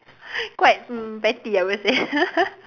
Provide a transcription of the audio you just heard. quite mm petty I would say